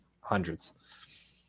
hundreds